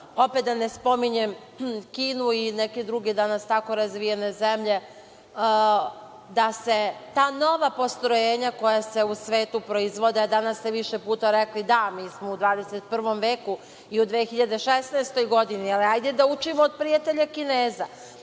opet da ne spominjem Kinu i neke druge danas tako razvijene zemlje, da se ta nova postrojenja koja se u svetu proizvode, a danas ste više puta rekli – mi smo u 21. veku i u 2016. godini, ali hajde da učimo od prijatelja Kineza,